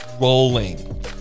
rolling